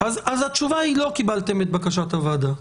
אז לא קיבלתם את בקשת הוועדה.